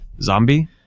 Zombie